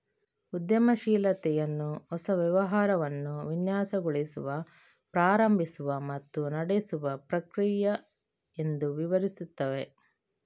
ಉದ್ಯಮಶೀಲತೆಯನ್ನು ಹೊಸ ವ್ಯವಹಾರವನ್ನು ವಿನ್ಯಾಸಗೊಳಿಸುವ, ಪ್ರಾರಂಭಿಸುವ ಮತ್ತು ನಡೆಸುವ ಪ್ರಕ್ರಿಯೆ ಎಂದು ವಿವರಿಸುತ್ತವೆ